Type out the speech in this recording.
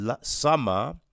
Summer